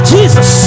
Jesus